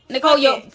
nicole yo.